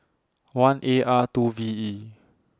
one A R two V E